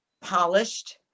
polished